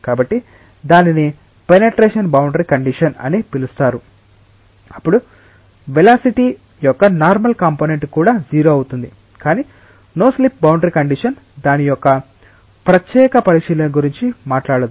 కాబట్టి దానిని penetration boundary condition అని పిలుస్తారు అప్పుడు వెలాసిటి యొక్క నార్మల్ కాంపొనెంట్ కూడా 0 అవుతుంది కాని నో స్లిప్ బౌండరీ కండిషన్ దాని యొక్క ప్రత్యేక పరిశీలన గురించి మాట్లాడదు